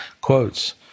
quotes